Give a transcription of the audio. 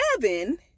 seven